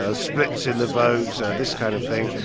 ah splits in the vote, this kind of thing.